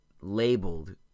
labeled